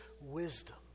wisdom